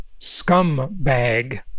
scumbag